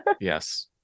Yes